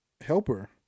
helper